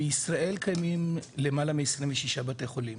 בישראל קיימים למעלה מ- 26 בתי חולים,